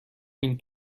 این